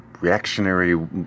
reactionary